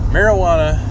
Marijuana